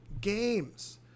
games